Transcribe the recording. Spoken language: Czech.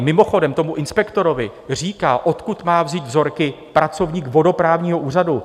Mimochodem, tomu inspektorovi říká, odkud má vzít vzorky, pracovník vodoprávního úřadu.